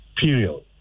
period